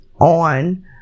on